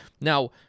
Now